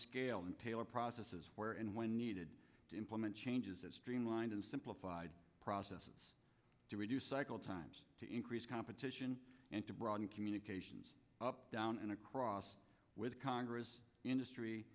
scale and tailor processes where and when needed to implement changes as streamlined and simplified processes to reduce cycle times to increase competition and to broaden communications up down and across with congress industry